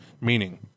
Meaning